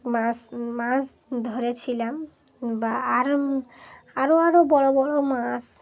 মাছ মাছ ধরেছিলাম বা আর আরও আরও বড়ো বড়ো মাছ